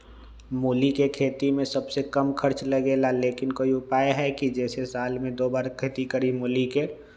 मूली के खेती में सबसे कम खर्च लगेला लेकिन कोई उपाय है कि जेसे साल में दो बार खेती करी मूली के?